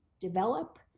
develop